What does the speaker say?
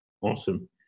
Awesome